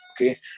okay